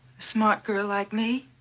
smart girl like me?